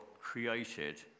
created